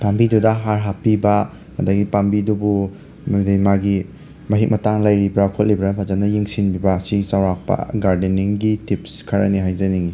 ꯄꯥꯝꯕꯤꯗꯨꯗ ꯍꯥꯔ ꯍꯥꯞꯄꯤꯕ ꯑꯗꯒꯤ ꯄꯥꯝꯕꯤꯗꯨꯕꯨ ꯃꯥꯒꯤ ꯃꯍꯤꯛ ꯃꯇꯥꯡ ꯂꯩꯔꯤꯕ꯭ꯔꯥ ꯈꯣꯠꯂꯤꯕ꯭ꯔꯥꯅ ꯐꯖꯅ ꯌꯦꯡꯁꯤꯟꯕꯤꯕ ꯁꯤ ꯆꯥꯎꯔꯥꯛꯄ ꯒꯥꯔꯗꯦꯅꯤꯡꯒꯤ ꯇꯤꯞꯁ ꯈꯔꯅꯤ ꯍꯥꯏꯖꯅꯤꯡꯉꯤ